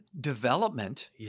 development